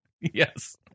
Yes